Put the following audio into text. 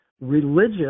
religious